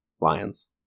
Lions